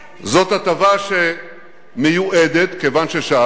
זאת הטבה שמיועדת, כיוון ששאלתם,